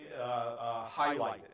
highlighted